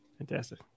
Fantastic